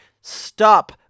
stop